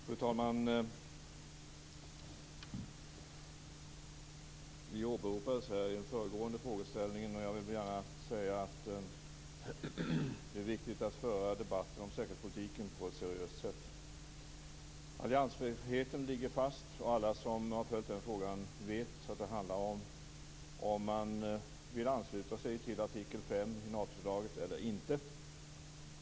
Fru talman! Vi åberopades i den föregående frågeställningen, och jag vill gärna säga att det är viktigt att föra debatten om säkerhetspolitiken på ett seriöst sätt. Alliansfriheten ligger fast, och alla som har följt den frågan vet att det handlar om huruvida man vill ansluta sig till artikel 5 i Natofördraget eller inte.